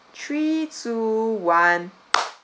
three two one